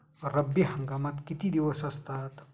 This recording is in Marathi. रब्बी हंगामात किती दिवस असतात?